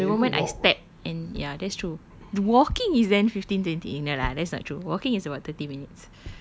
like from the moment I step and ya that's true the walking is then fifteen twenty in the run that's not true walking is about thirty minutes